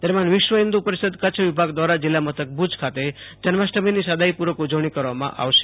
દરમિયાન વિશ્વ હિન્દુ પરિષદ કચ્છ વિભાગ દ્વારા જિલ્લામેથક ભુજાખાતે જન્માષ્ટમીની સાદાઈપૂર્વક ઉજવણી કરવામાં આવશે